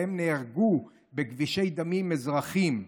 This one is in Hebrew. שבהם נהרגו בכבישי דמים אזרחים,